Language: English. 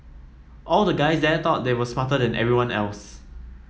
all the guys there thought they were smarter than everyone else